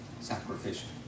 sacrificial